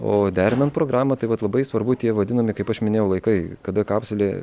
o derinant programą taip pat labai svarbu tie vadinami kaip aš minėjau laikai kada kapsulė